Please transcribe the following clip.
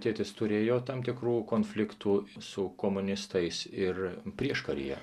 tėtis turėjo tam tikrų konfliktų su komunistais ir prieškaryje